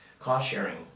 cost-sharing